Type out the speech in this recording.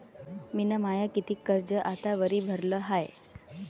मिन माय कितीक कर्ज आतावरी भरलं हाय?